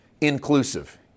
Inclusive